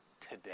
today